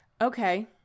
Okay